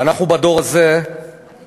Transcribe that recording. ואנחנו בדור הזה יכולים.